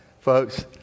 Folks